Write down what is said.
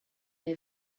neu